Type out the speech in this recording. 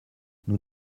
nous